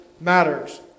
matters